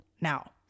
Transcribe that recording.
now